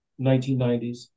1990s